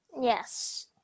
Yes